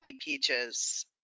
peaches